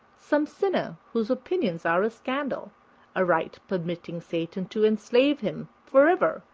some sinner whose opinions are a scandal a rite permitting satan to enslave him forever,